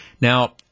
Now